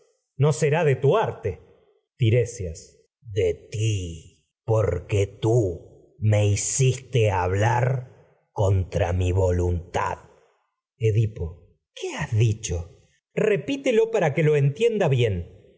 no será de ti porque tu arte tiresias de tra mi tú me hiciste hablar con voluntad edipo qué has dicho repítelo para que lo en tienda bien